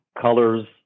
colors